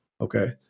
Okay